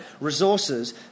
resources